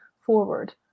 forward